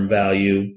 value